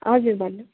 हजुर भन्नु